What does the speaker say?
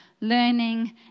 learning